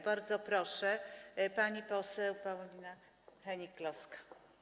Bardzo proszę, pani poseł Paulina Henning-Kloska.